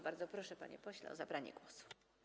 Bardzo proszę, panie pośle, o zabranie głosu.